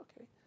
okay